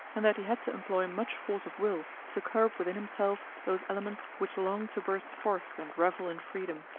and that he had to employ much force of will to curb within himself those elements which longed to burst forth and revel in freedom.